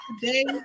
today